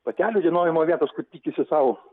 patelių dienojimo vietos kur tikisi sau